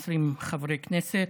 120 חברי כנסת,